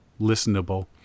listenable